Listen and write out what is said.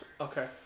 Okay